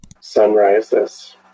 sunrises